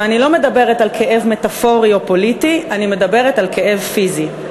ואני לא מדברת על כאב מטפורי או פוליטי אלא על כאב פיזי.